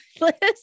list